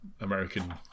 American